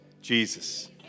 Jesus